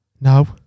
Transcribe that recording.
No